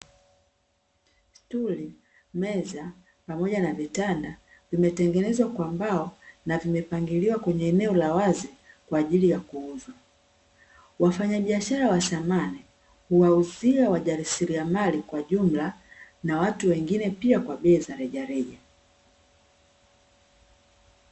Stuli meza pamoja na vitanda vimetengenezwa kwa mbao na vimepangiliwa kwenye eneo la wazi kwa ajili ya kuuzwa. Wafanyabiashara wa samani huwauzia wajasiriamali kwa jumla, na watu wengine pia kwa bei za rejareja.